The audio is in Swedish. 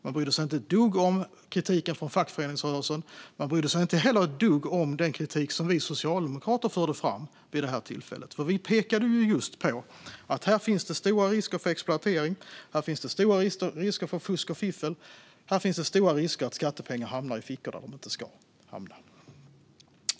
Man brydde sig inte ett dugg om kritiken från fackföreningsrörelsen. Man brydde sig heller inte ett dugg om den kritik som vi socialdemokrater förde fram vid tillfället. Vi pekade på att här finns det stora risker för exploatering, stora risker för fusk och fiffel och stora risker att skattepengar hamnar i fickor där de inte ska hamna.